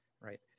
right